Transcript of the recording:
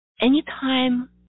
Anytime